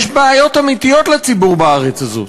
יש בעיות אמיתיות לציבור בארץ הזאת.